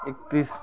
एकत्तिस